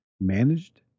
managed